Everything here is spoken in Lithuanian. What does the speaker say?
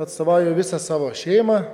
atstovauju visą savo šeimą